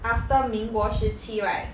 after 民国时期 right